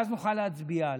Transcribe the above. ואז נוכל להצביע עליו.